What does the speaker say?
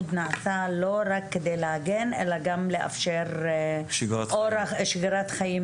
נעשה לא רק כדי להגן אלא גם לאפשר שגרת חיים